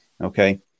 okay